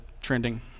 trending